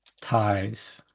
ties